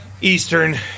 eastern